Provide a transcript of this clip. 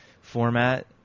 format